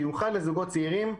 במיוחד לזוגות צעירים.